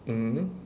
mm